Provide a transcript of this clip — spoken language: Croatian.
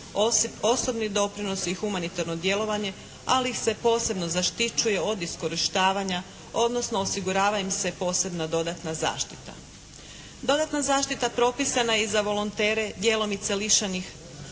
osobni doprinos i humanitarno djelovanje ali ih se posebno zaštićuje od iskorištavanja odnosno osigurava im se posebna dodatna zaštita. Dodatna zaštita propisana je i za volontere djelomice lišenih